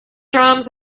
drums